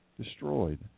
destroyed